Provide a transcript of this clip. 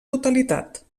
totalitat